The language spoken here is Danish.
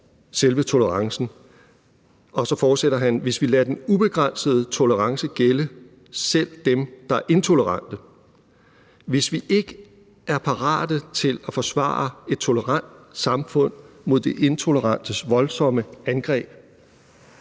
selve tolerancen. Og så fortsætter han: Hvis vi lader den ubegrænsede tolerance gælde selv dem, der er intolerante, hvis vi ikke er parat til at forsvare et tolerant samfund mod det intolerantes voldsomme angreb,